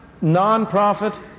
non-profit